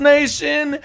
Nation